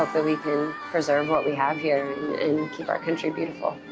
ah we can preserve what we have here and keep our country beautiful.